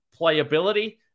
playability